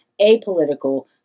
apolitical